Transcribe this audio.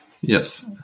Yes